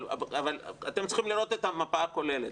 אבל אתם צריכים לראות את התמונה הכוללת,